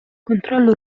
controllo